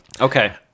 Okay